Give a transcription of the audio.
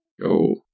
go